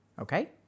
Okay